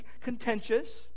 contentious